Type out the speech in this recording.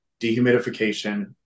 dehumidification